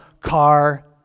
Car